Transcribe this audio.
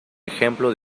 ejemplo